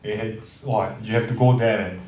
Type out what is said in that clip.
eh 很 !wah! you have to go there man